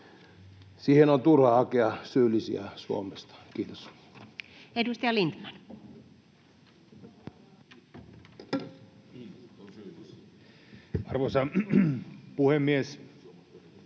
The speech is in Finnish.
Siihen on turha hakea syyllisiä Suomesta. — Kiitos. Edustaja Lindtman. Arvoisa puhemies!